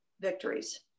victories